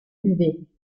buvait